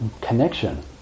connection